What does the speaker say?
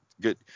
good